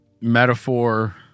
metaphor